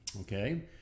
okay